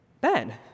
Ben